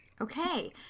Okay